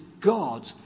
God